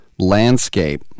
landscape